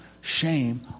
Shame